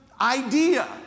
idea